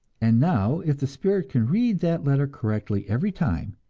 and now, if the spirit can read that letter correctly every time,